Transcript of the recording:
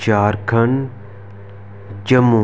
Jharkhand Jammu